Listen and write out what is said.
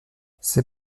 ses